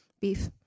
beef